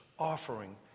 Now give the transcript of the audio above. offering